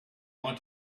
want